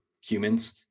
humans